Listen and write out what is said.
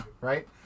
right